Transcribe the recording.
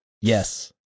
Yes